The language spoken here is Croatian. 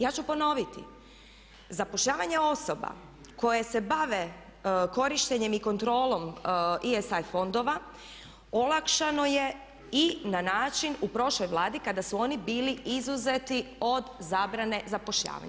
Ja ću ponoviti, zapošljavanje osoba koje se bave korištenjem i kontrolom ESA fondova olakšano je i na način u prošloj Vladi kada su oni bili izuzeti od zabrane zapošljavanja.